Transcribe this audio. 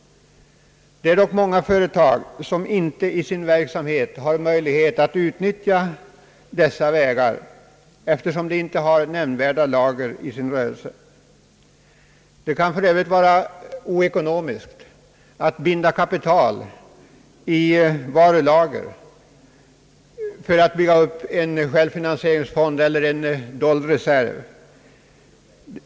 Det är dock många företag som inte i sin verksamhet har möjlighet att utnyttja dessa vägar, eftersom de inte har nämnvärda lager i sin rörelse. Det kan för övrigt vara oekonomiskt att binda kapital i varulager för att bygga upp en självfinansieringsfond eller en dold reserv.